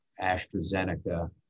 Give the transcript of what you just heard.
AstraZeneca